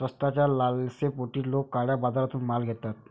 स्वस्ताच्या लालसेपोटी लोक काळ्या बाजारातून माल घेतात